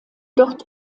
dort